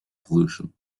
pollution